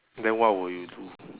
then what will you do